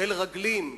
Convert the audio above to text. חיל רגלים,